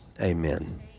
Amen